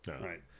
right